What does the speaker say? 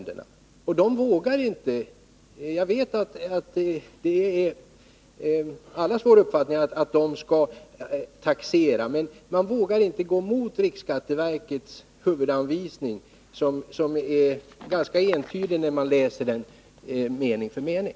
Det är allas vår uppfattning att de skall taxera, men de vågar inte gå mot riksskatteverkets huvudanvisning, som är ganska entydig när man läser den mening för mening.